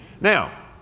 Now